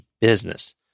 business